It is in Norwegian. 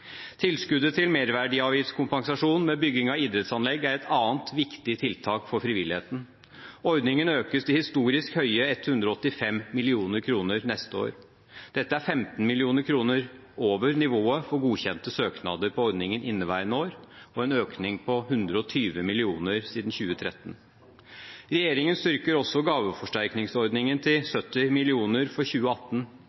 Tilskuddet til merverdiavgiftskompensasjon ved bygging av idrettsanlegg er et annet viktig tiltak for frivilligheten. Ordningen økes til historisk høye 185 mill. kr neste år. Dette er 15 mill. kr over nivået for godkjente søknader på ordningen inneværende år og en økning på 120 mill. kr siden 2013. Regjeringen styrker også gaveforsterkningsordningen til